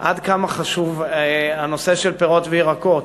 עד כמה חשוב הנושא של פירות וירקות,